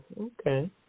Okay